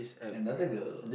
another girl